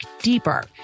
deeper